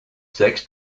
sex